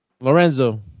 Lorenzo